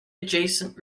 adjacent